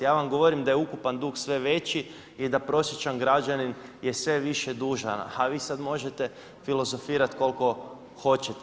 Ja vam govorim da je ukupan dug sve veći i da prosječan građanin je sve više dužan a vi sada možete filozofirati koliko hoćete.